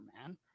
man